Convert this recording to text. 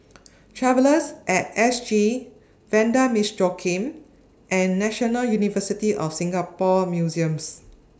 Travellers At S G Vanda Miss Joaquim and National University of Singapore Museums